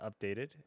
updated